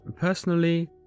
Personally